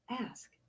Ask